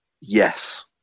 yes